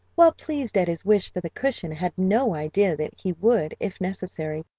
while pleased at his wish for the cushion had no idea that he would, if necessary,